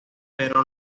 pero